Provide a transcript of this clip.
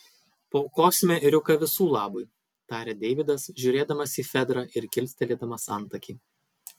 paaukosime ėriuką visų labui tarė deividas žiūrėdamas į fedrą ir kilstelėdamas antakį